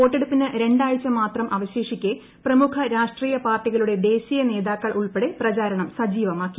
വോട്ടെടുപ്പിന് രണ്ടാഴ്ച മാത്രം അവശേഷിക്കെ പ്രമുഖ രാഷ്ട്രീയ പാർട്ടികളുടെ ദേശീയ നേതാക്കൾ ഉൾപ്പെടെ പ്രചാരണം സജീവമാക്കി